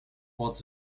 pod